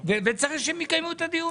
וצריך שהם יקיימו את הדיון הזה.